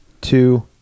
two